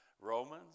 Romans